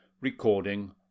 Recording